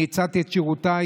אני הצעתי את שירותיי,